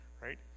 right